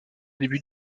début